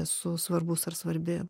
esu svarbus ar svarbi